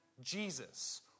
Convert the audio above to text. Jesus